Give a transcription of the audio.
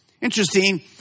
Interesting